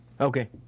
okay